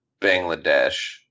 bangladesh